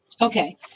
Okay